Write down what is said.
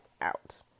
out